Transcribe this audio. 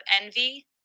envy